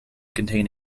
contain